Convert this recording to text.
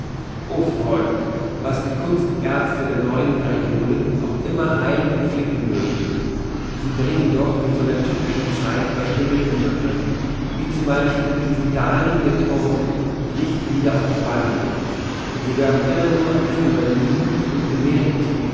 o freund was die kunstärzte der neuern periode auch immer heilen und flicken mögen sie bringen doch die von der tückischen zeit verstümmelten götter wie z b diesen daliegenden torso nicht wieder auf die beine und sie werden immer nur als invaliden und